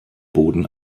boden